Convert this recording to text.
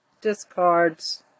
discards